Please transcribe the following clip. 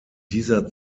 dieser